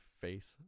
face